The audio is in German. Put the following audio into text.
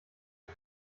ich